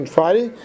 Friday